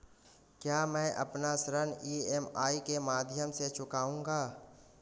क्या मैं अपना ऋण ई.एम.आई के माध्यम से चुकाऊंगा?